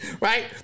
Right